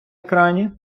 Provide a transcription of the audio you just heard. екрані